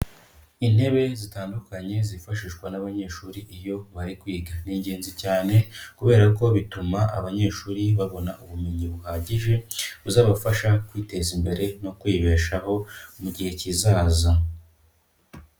Intebe zitandukanye, zifashishwa n'abanyeshuri iyo bari kwiga, ni ingenzi cyane kubera ko bituma abanyeshuri babona ubumenyi buhagije, buzabafasha kwiteza imbere no kwibeshaho mu gihe kizaza.